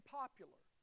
popular